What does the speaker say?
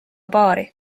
paari